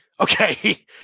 Okay